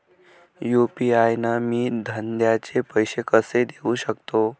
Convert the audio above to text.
UPI न मी धंद्याचे पैसे कसे देऊ सकतो?